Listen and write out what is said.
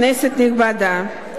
כנסת נכבדה,